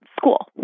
school